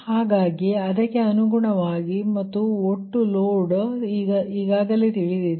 ಆದ್ದರಿಂದ ಅದಕ್ಕೆ ಅನುಗುಣವಾಗಿ ಮತ್ತು ಒಟ್ಟು ಲೋಡ್ ತಿಳಿದಿದೆ